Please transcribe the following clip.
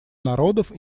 народов